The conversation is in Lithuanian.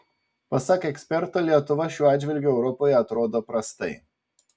pasak eksperto lietuva šiuo atžvilgiu europoje atrodo prastai